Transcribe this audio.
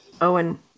Owen